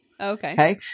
Okay